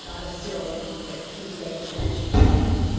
not necessarily the key regulatory issue now.